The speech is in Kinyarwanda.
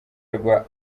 rwa